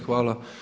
Hvala.